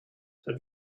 have